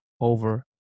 over